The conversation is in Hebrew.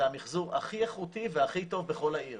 זה המחזור הכי איכותי והכי טוב בכל העיר.